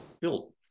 Built